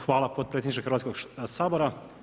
Hvala podpredsjedniče Hrvatskog sabora.